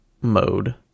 mode